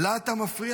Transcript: לה אתה מפריע?